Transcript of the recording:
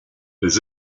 les